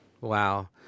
Wow